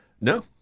No